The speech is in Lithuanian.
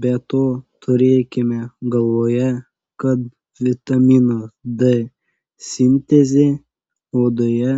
be to turėkime galvoje kad vitamino d sintezė odoje